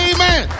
Amen